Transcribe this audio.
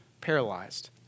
paralyzed